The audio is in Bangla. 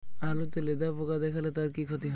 আলুতে লেদা পোকা দেখালে তার কি ক্ষতি হয়?